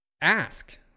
ask